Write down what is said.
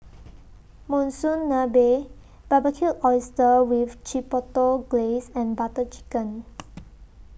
Monsunabe Barbecued Oysters with Chipotle Glaze and Butter Chicken